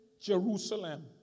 Jerusalem